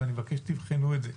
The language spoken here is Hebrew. ואני מבקש שתבחנו את זה.